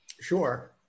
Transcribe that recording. Sure